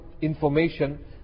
information